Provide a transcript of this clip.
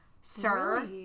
sir